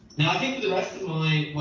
now, i think for the rest of my,